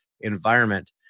environment